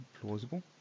plausible